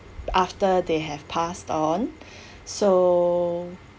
after they have passed on so